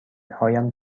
هایم